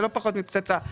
זה לא פחות מפצצה.